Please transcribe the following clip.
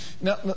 Now